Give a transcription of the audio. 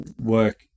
work